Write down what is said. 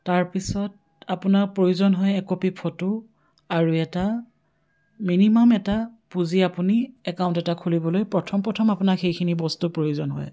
তাৰপিছত আপোনাৰ প্ৰয়োজন হয় একপি ফটো আৰু এটা মিনিমাম এটা পুঁজি আপুনি একাউণ্ট এটা খুলিবলৈ প্ৰথম প্ৰথম আপোনাক সেইখিনি বস্তুৰ প্ৰয়োজন হয়